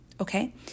okay